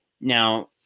now